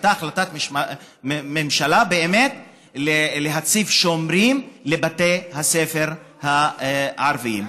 הייתה החלטת ממשלה באמת להציב שומרים לבתי הספר הערביים.